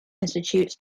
institutes